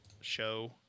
show